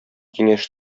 киңәш